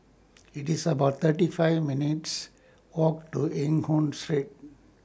IT IS about thirty five minutes' Walk to Eng Hoon Street